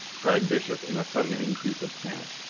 cried bishop in a sudden increase of panic.